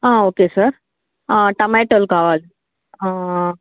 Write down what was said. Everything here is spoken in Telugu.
ఓకే సార్ టొమాటోలు కావాలి